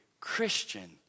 Christian